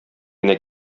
генә